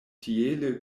tiele